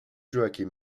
joachim